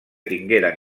tingueren